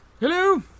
Hello